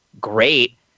great